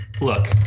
look